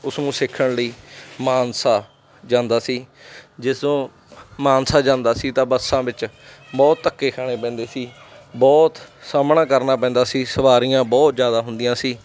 ਉਸ ਨੂੰ ਸਿੱਖਣ ਲਈ ਮਾਨਸਾ ਜਾਂਦਾ ਸੀ ਜਿਸ ਤੋਂ ਮਾਨਸਾ ਜਾਂਦਾ ਸੀ ਤਾਂ ਬੱਸਾਂ ਵਿੱਚ ਬਹੁਤ ਧੱਕੇ ਖਾਣੇ ਪੈਂਦੇ ਸੀ ਬਹੁਤ ਸਾਹਮਣਾ ਕਰਨਾ ਪੈਂਦਾ ਸੀ ਸਵਾਰੀਆਂ ਬਹੁਤ ਜ਼ਿਆਦਾ ਹੁੰਦੀਆਂ ਸੀ